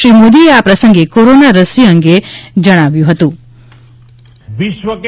શ્રી મોદીએ આ પ્રસંગે કોરોના રસી અંગે જણાવ્યું હતું કે